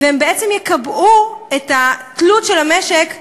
והם בעצם יקבעו את התלות של המשק בפחם,